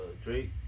Drake